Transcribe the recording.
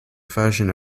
version